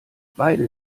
beide